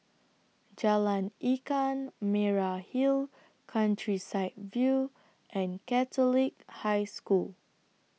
Jalan Lkan Merah Hill Countryside View and Catholic High School